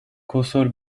kosor